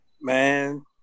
Man